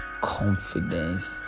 confidence